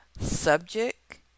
subject